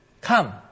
come